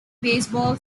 baseball